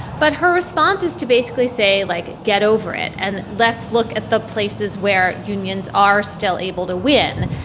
but her response is to basically say, like, get over it and let's look at the places where unions are still able to win.